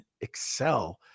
excel